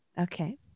Okay